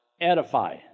Edify